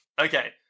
Okay